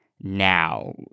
now